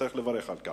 וצריך לברך על כך.